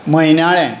म्हयनाळें